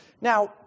Now